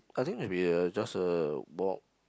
I think maybe a just a walk